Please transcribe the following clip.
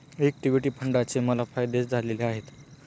equity फंडाचे मला फायदेच झालेले आहेत